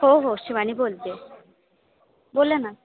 हो हो शिवानी बोलते बोला ना